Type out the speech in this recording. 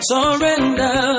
Surrender